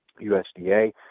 usda